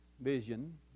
vision